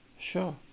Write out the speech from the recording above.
Sure